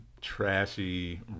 trashy